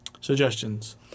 suggestions